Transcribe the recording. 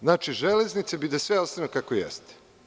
Znači, „Železnice“ bi da sve ostane kako jeste.